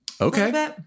Okay